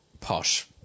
posh